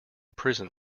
prison